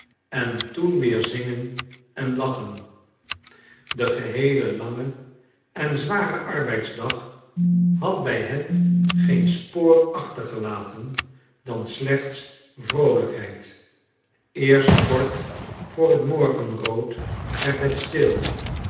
en toen weer zingen en lachen de geheele lange en zware arbeidsdag had bij hen geen spoor achtergelaten dan slechts vroolijkheid eerst kort voor het morgenrood werd het stil